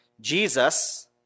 Jesus